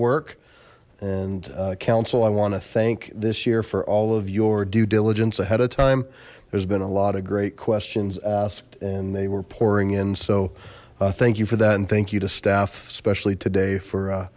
work and council i want to thank this year for all of your due diligence ahead of time there's been a lot of great questions asked and they were pouring in so thank you for that and thank you to staff especially today for